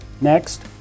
Next